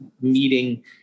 meeting